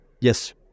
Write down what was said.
yes